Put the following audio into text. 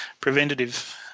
preventative